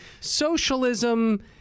socialism